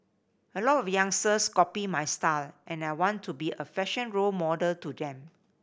a lot of youngsters copy my style and I want to be a fashion role model to them